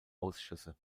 ausschüsse